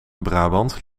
brabant